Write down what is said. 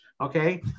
okay